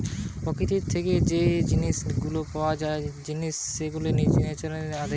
প্রকৃতি থেকে যেই জিনিস গুলা পাওয়া জাতিকে সেগুলাকে ন্যাচারালি অকারিং মেটেরিয়াল বলে